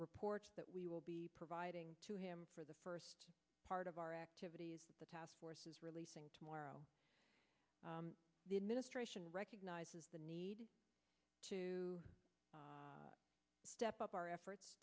reports that we will be providing to him for the first part of our activities the task force is releasing tomorrow the administration recognizes the need to step up our efforts